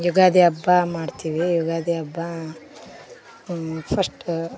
ಯುಗಾದಿ ಹಬ್ಬ ಮಾಡ್ತೀವಿ ಯುಗಾದಿ ಹಬ್ಬ ಫಸ್ಟ್